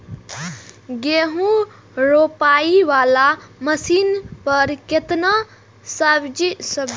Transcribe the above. गेहूं रोपाई वाला मशीन पर केतना सब्सिडी मिलते?